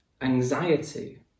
Anxiety